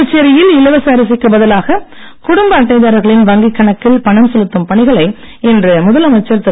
புதுச்சேரியில் இலவச அரிசிக்கு பதிலாக குடும்ப அட்டைதாரர்களின் வங்கிக் கணக்கில் பணம் செலுத்தும் பணிகளை இன்று முதலமைச்சர் திரு